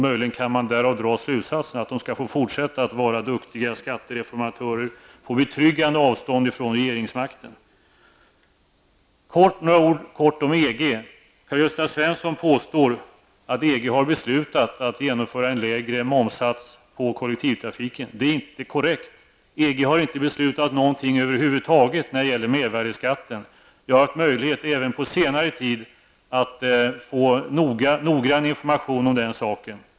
Möjligen kan man därav dra slutsatsen att de skall få fortsätta att vara duktiga skattereformatörer på betryggande avstånd från regeringsmakten. Helt kort några ord om EG. Karl-Gösta Svenson påstår att EG har beslutat att införa en lägre momssats för kollektivtrafiken. Det är inte korrekt. EG har inte beslutat någonting över huvud taget när det gäller mervärdeskatten. Jag har haft möjlighet även på senare tid att få noggrann information om den saken.